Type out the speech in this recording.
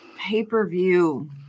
pay-per-view